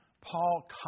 Paul